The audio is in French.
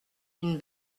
une